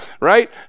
right